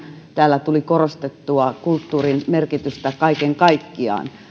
täällä tuli korostettua kulttuurin merkitystä kaiken kaikkiaan